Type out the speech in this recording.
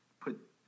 put